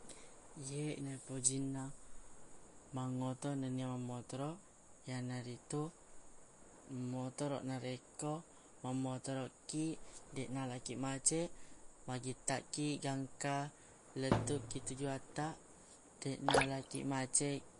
Ye napojinna mangoto nennia mamotoroq yanaritu motoroq narekko mamotoroq kiq de nala kiq maceq magittaq kiq gangka lettuq ki tujuattaq de nala kiq maceq